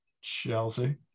chelsea